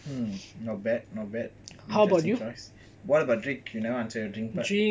hmm not bad not bad interesting choice what about drinks you never answer your drinks part